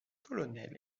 colonel